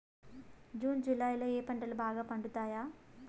June July లో ఏ పంటలు బాగా పండుతాయా?